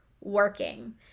working